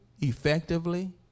effectively